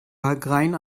wagrain